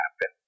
happen